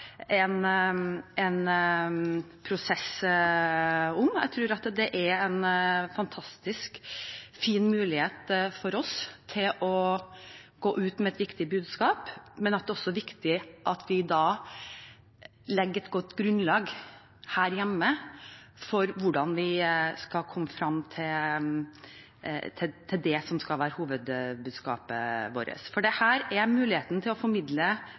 en prosess rundt. Jeg tror dette er en fantastisk fin mulighet for oss til å gå ut med et viktig budskap, men da er det også viktig at vi legger et godt grunnlag her hjemme for hvordan vi skal komme frem til det som skal være hovedbudskapet vårt. For dette er en mulighet til å formidle